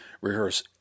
rehearse